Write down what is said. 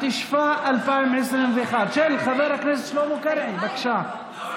התשפ"א 2021, של חבר הכנסת שלמה קרעי, בבקשה.